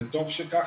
וטוב שכך.